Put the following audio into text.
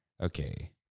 Okay